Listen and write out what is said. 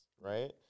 right